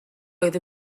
oedd